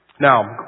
Now